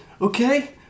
okay